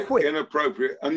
inappropriate